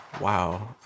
wow